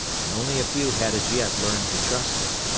and only a few had as yet learned to trust it.